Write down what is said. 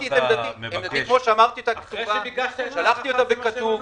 עמדתי כפי שאמרתי אותה שלחתי אותה בכתוב.